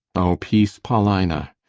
o peace, paulina!